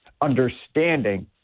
understanding